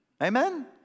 Amen